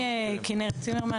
שמי כינרת צימרמן,